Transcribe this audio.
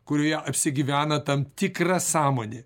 kurioje apsigyvena tam tikra sąmonė